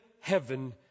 heaven